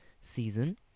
season